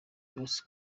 byose